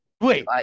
Wait